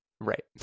Right